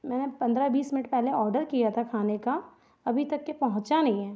मैंने पन्द्रह बीस मिनट पहले ऑडर किया था खाने का अभी तक यह पहुँचा नहीं है